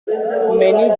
many